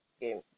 game